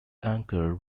anchor